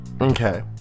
Okay